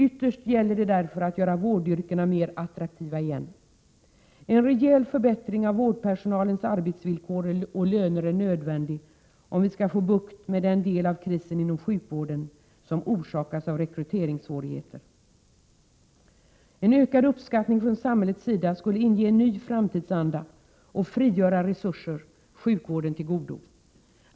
Ytterst gäller det därför att göra vårdyrkena mer attraktiva igen. krisen u En rejäl förbättring av vårdpersonalens arbetsvillkor och löner är nödvändig om vi skall få bukt med den del av krisen inom sjukvården som orsakas av rekryteringssvårigheter. Ökad uppskattning från samhällets sida skulle inge en ny framtidsanda och frigöra resurser sjukvården till godo.